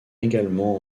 également